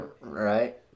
Right